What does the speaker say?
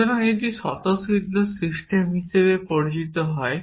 সুতরাং এটি স্বতঃসিদ্ধ সিস্টেম হিসাবে পরিচিত হয়